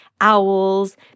owls